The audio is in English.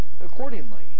accordingly